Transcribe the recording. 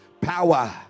power